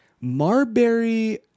Marbury